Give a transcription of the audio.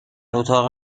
اتاق